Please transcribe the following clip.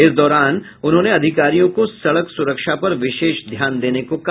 इस दौरान उन्होंने अधिकारियों को सड़क सुरक्षा पर विशेष ध्यान देने को कहा